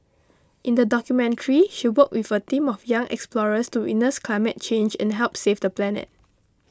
in the documentary she worked with a team of young explorers to witness climate change and help save the planet